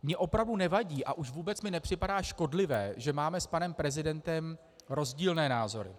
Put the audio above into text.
Mně opravdu nevadí a už vůbec mi nepřipadá škodlivé, že máme s panem prezidentem rozdílné názory.